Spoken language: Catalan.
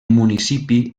municipi